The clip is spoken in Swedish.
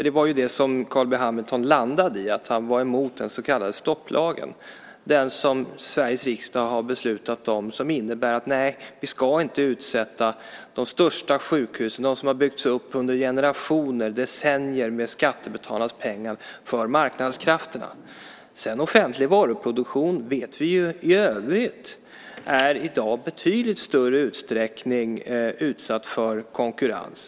Det var ju det som Carl B Hamilton landade i, att han var emot den så kallade stopplagen, den som Sveriges riksdag har fattat beslut om och som innebär att vi inte ska utsätta de största sjukhusen som har byggts upp under generationer, under decennier, med skattebetalarnas pengar för marknadskrafterna. Sedan vet vi ju att offentlig varuproduktion i övrigt i dag i betydligt större utsträckning är utsatt för konkurrens.